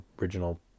original